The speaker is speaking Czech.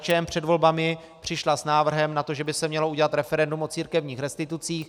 KSČM před volbami přišla s návrhem na to, že by se mělo udělat referendum o církevních restitucích.